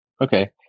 Okay